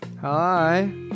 hi